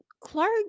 clark